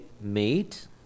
meet